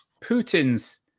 Putin's